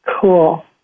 Cool